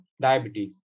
diabetes